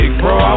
bro